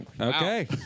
Okay